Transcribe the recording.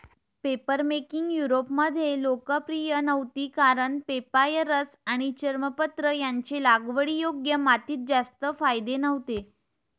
papermaking युरोपमध्ये लोकप्रिय नव्हती कारण पेपायरस आणि चर्मपत्र यांचे लागवडीयोग्य मातीत जास्त फायदे नव्हते